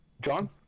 John